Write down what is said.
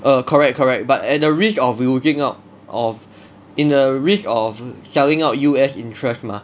err correct correct but at the risk of losing out of in a risk of selling out U_S interest mah